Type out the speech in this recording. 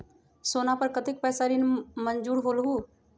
सोना पर कतेक पैसा ऋण मंजूर होलहु?